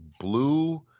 blue